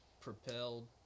propelled